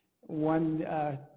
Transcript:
one